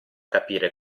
capire